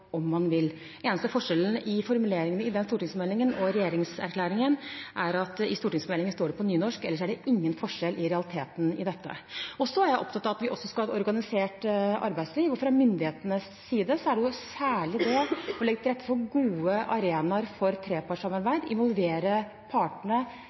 om man vil. Den eneste forskjellen på formuleringen i den stortingsmeldingen og i regjeringserklæringen er at det står på nynorsk i stortingsmeldingen. Ellers er det ingen forskjell i realiteten i dette. Så er jeg opptatt av at vi også skal ha et organisert arbeidsliv. Fra myndighetenes side gjelder det særlig å legge til rette for gode arenaer for